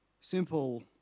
simple